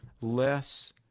less